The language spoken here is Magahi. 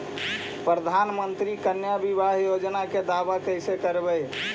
प्रधानमंत्री कन्या बिबाह योजना के दाबा कैसे करबै?